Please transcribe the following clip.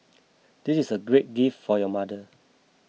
this is a great gift for your mother